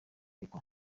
niko